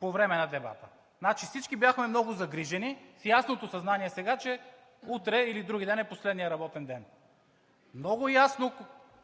по време на дебата. Значи всички бяхме много загрижени с ясното съзнание сега, че утре или другиден е последният работен ден. Много ясно,